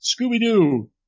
Scooby-Doo